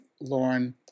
Lauren